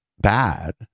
bad